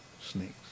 snakes